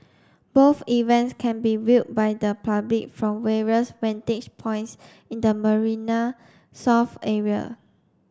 both events can be viewed by the public from various vantage points in the Marina South area